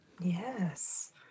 Yes